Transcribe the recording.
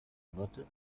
monate